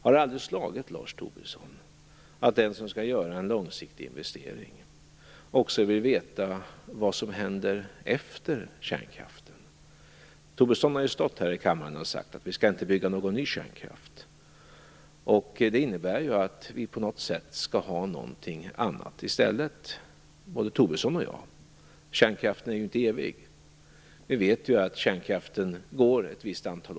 Har det aldrig slagit Lars Tobisson att den som skall göra en långsiktig investering också vill veta vad som händer efter kärnkraften? Tobisson har ju här i kammaren sagt att vi inte skall bygga någon ny kärnkraft. Det innebär att både Tobisson och jag vill ha något annat i stället. Kärnkraften är ju inte evig. Vi vet att kärnkraften upphör efter ett visst antal år.